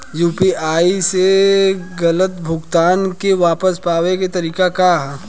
UPI से गलत भुगतान के वापस पाये के तरीका का ह?